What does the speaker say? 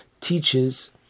teaches